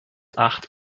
acht